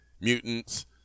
mutants